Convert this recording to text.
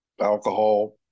alcohol